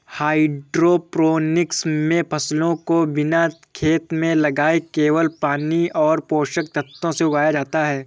hydroponics मे फसलों को बिना खेत में लगाए केवल पानी और पोषक तत्वों से उगाया जाता है